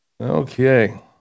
Okay